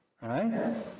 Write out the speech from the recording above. Right